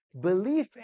Belief